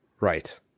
Right